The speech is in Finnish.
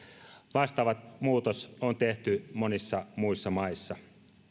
vastaava muutos on tehty monissa muissa maissa